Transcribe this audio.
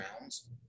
rounds